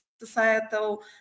societal